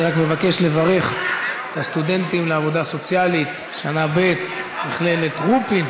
אני רק מבקש לברך את הסטודנטים לעבודה סוציאלית בשנה ב' במכללת רופין